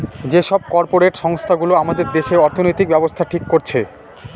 যে সব কর্পরেট সংস্থা গুলো আমাদের দেশে অর্থনৈতিক ব্যাবস্থা ঠিক করছে